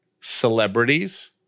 celebrities